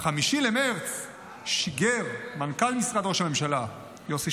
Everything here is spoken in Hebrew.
ב-5 במרץ שיגר מנכ"ל משרד ראש הממשלה יוסי